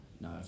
No